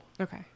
Okay